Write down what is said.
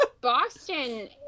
Boston